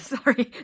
Sorry